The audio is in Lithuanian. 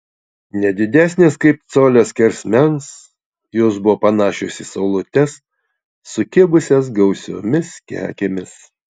ne didesnės kaip colio skersmens jos buvo panašios į saulutes sukibusias gausiomis kekėmis